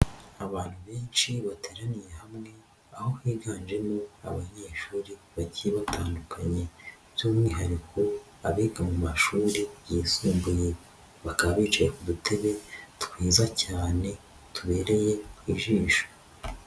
Abantu benshi bateraniye hamwe aho biganjemo abanyeshuri bagiye batandukanye, by'umwihariko abiga mu mashuri yisumbuye, bakaba bicaye ku dutebe twiza cyane tubereye ijisho.